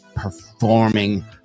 Performing